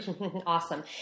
Awesome